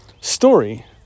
story